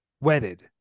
wedded